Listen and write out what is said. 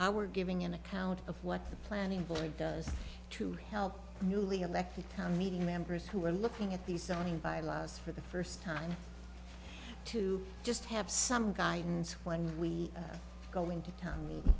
i were giving an account of what the planning board does to help newly elected town meeting members who are looking at the zoning bylaws for the first time to just have some guidance when we go into town i